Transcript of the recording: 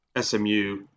SMU